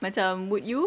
macam would you